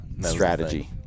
strategy